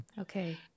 Okay